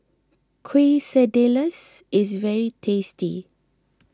Quesadillas is very tasty